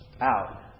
out